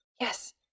Yes